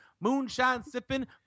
moonshine-sipping